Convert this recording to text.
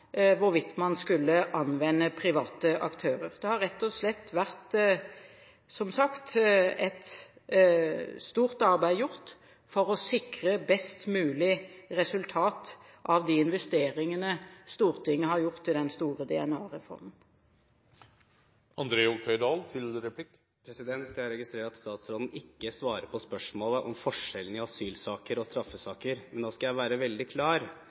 hvorvidt man skulle anvende private aktører. Det har rett og slett, som sagt, blitt gjort et stort arbeid for å sikre best mulig resultat av de investeringene Stortinget har gjort i den store DNA-reformen. Jeg registrerer at statsråden ikke svarer på spørsmålet om forskjellen på asylsaker og straffesaker, men nå skal jeg være veldig klar.